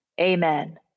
Amen